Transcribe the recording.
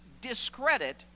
discredit